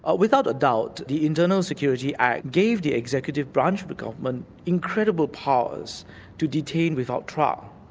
ah without a doubt the internal security act gave the executive branch of the government incredible powers to detain without trial.